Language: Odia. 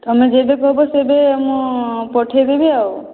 ତୁମେ ଯେବେ କହିବ ସେବେ ମୁଁ ପଠାଇଦେବି ଆଉ